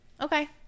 Okay